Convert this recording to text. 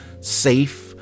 safe